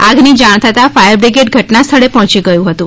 આગની જાણ થતાં ફાયરબ્રિગેડ ઘટના સ્થળે પર્હોચી ગયું હતું